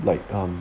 like um